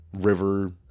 river